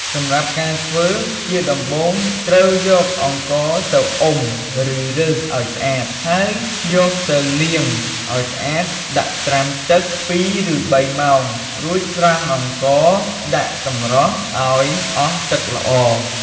សម្រាប់ការធ្វើ ជាដំបូង ត្រូវយក អង្ករទៅអុំ ឬរើសឱ្យស្អាត ហើយយកទៅលាងឱ្យស្អាតដាក់ត្រាំទឹក ពីរឬបីម៉ោង រួចស្រង់អង្ករដាក់សម្រស់ឱ្យអស់ទឹកល្អ។